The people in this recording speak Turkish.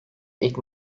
ilk